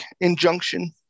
injunction